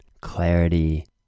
clarity